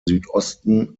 südosten